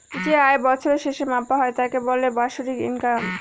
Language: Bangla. যে আয় বছরের শেষে মাপা হয় তাকে বলে বাৎসরিক ইনকাম